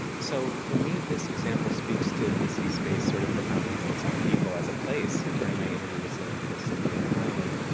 so for me, this example speaks to d c. space' sort of profound influence on people as a place. during my interview with cynthia cynthia connolly,